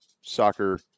soccer